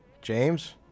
James